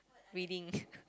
reading